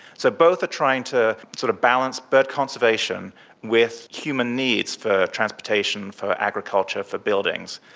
so, both are trying to sort of balance bird conservation with human needs for transportation, for agriculture, for buildings,